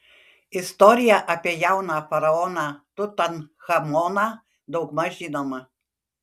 istorija apie jauną faraoną tutanchamoną daugmaž žinoma